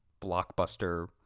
Blockbuster